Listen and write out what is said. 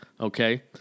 okay